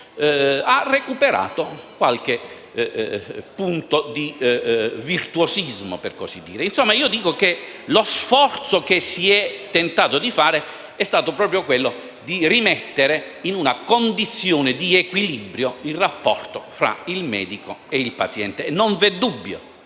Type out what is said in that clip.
è recuperato qualche punto di virtuosismo. Io ritengo che lo sforzo che si è tentato di fare è stato proprio quello di rimettere in una condizione di equilibrio il rapporto tra il medico e il paziente e non vi è dubbio